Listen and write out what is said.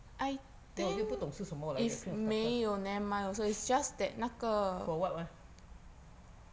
我又不懂是什么来的 cream of tartar for what [one]